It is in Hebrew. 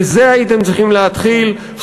בזה הייתם צריכים להתחיל.